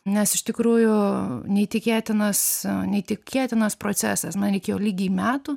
nes iš tikrųjų neįtikėtinas neįtikėtinas procesas man reikėjo lygiai metų